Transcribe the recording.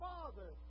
Father